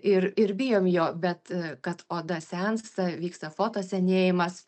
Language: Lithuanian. ir ir bijom jo bet kad oda sensta vyksta fotosenėjimas